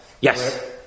Yes